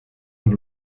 und